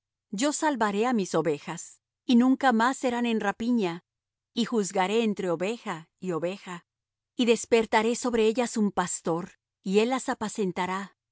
yo salvaré á mis ovejas y nunca más serán en rapiña y juzgaré entre oveja y oveja y despertaré sobre ellas un pastor y él las apacentará